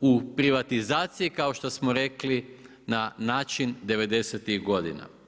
u privatizaciji kao što smo rekli na način devedesetih godina.